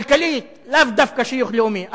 כלכלית, לאו דווקא שיוך לאומי.